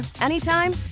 anytime